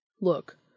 Look